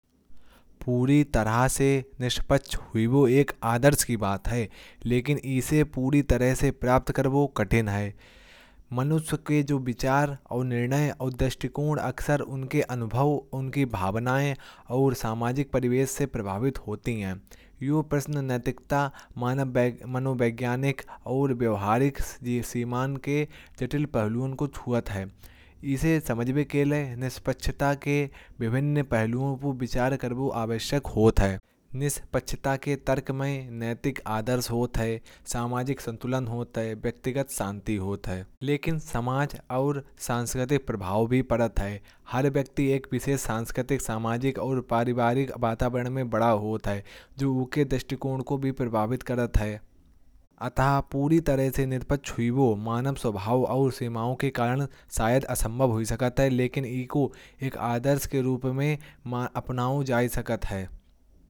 पूरी तरह से निष्पक्ष हुई वो एक आदर्श की बात है। लेकिन इसे पूरी तरह से प्राप्त करना कठिन है। मनुष्य के जो विचार और निर्णय और दृष्टिकोण अक्सर उनके अनुभव। उनकी भावनाएं और सामाजिक परिवेश से प्रभावित होते हैं। जो प्रश्न नैतिकता, मानव भाग्य, मनोवैज्ञानिक। और व्यवहारिक जी श्रीमान के चिपलून को छुआ था। इसे समझने के लिए निष्पक्षता के विभिन्न पहलुओं पर विचार करना आवश्यक होता है। निष्पक्षता के तर्क में नैतिक आदर्श होता है सामाजिक संतुलन होता है। व्यक्तिगत शांति होती है लेकिन समाज और सांस्कृतिक प्रभाव भी पड़ता है। हर व्यक्ति एक विशेष सांस्कृतिक सामाजिक और पारिवारिक वातावरण में बड़ा होता है। जो उसके दृष्टिकोण को भी प्रभावित करता है। अत पूरी तरह से निर्माण हुई वो मानव स्वभाव और सीमाओं के कारण शायद अथवा भविष्य करता है। लेकिन इनको आदर्श के रूप में अपनाना ऊँचाई।